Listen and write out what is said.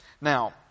Now